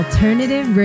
Alternative